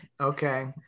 Okay